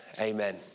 amen